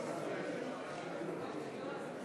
נתחיל בהצבעה.